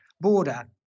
border